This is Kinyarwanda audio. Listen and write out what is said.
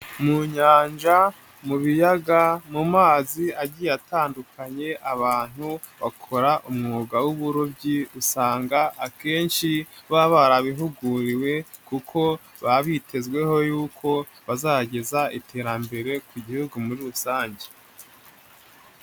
Mu nyanja, mu biyaga, mu mazi agiye atandukanye, abantu bakora umwuga w'uburobyi usanga akenshi baba barabihuguriwe kuko baba bitezweho yuko bazageza iterambere ku gihugu muri rusange.